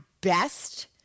Best